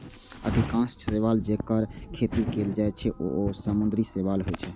अधिकांश शैवाल, जेकर खेती कैल जाइ छै, ओ समुद्री शैवाल होइ छै